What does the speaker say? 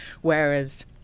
Whereas